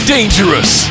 Dangerous